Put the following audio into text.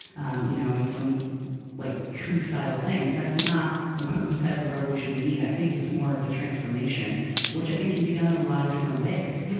um you know in some like coup style thing that's not the type of revolution we need. i think it's more of a transformation which i think can be done in a lot of different ways.